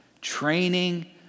training